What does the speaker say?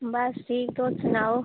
बस ठीक तुस सनाओ